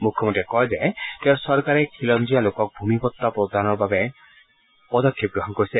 মুখ্যমন্ত্ৰীয়ে কয় যে তেওঁৰ চৰকাৰে খিলঞ্জীয়া লোকক ভূমি পটা প্ৰদানৰ বাবে পদক্ষেপ গ্ৰহণ কৰিছে